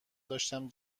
داشتم